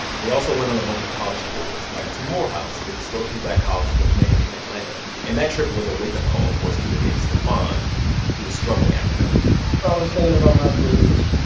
they also went on a bunch of college tours, like to morehouse, the historically black college for men in atlanta. and that trip was a wake-up call for student named stefan who was struggling academically i was thinking about my grades.